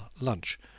lunch